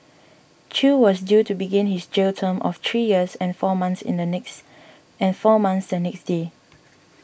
Chew was due to begin his jail term of three years and four months the next day